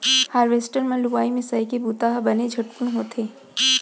harvester म लुवई मिंसइ के बुंता ह बने झटकुन होथे